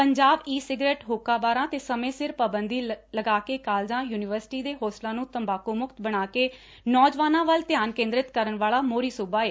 Punjab e cigarette ਹੁੱਕਾ ਬਾਰਾਂ ਤੇ ਸਮੇਂ ਸਿਰ ਪਾਬੰਦੀ ਲਗਾ ਕੇ ਕਾਲਜਾਂਯੂਨੀਵਰਸਿਟੀ ਦੇ ਹੋਸਟਲਾਂ ਨੂੰ ਤੰਬਾਕੂ ਮੁਕਤ ਬਣਾਕੇ ਨੌਜਵਾਨਾਂ ਵੱਲ ਧਿਆਨ ਕੇਂਦਰਤ ਕਰਨ ਵਾਲਾ ਸੋਹਰੀ ਸੂਬਾ ਏ